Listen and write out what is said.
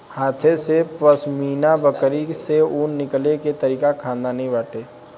हाथे से पश्मीना बकरी से ऊन निकले के तरीका खानदानी बाटे